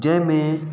जंहिंमें